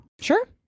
Sure